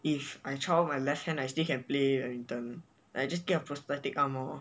if I chop off my left hand I still can play badminton I just get a prosthetic arm lor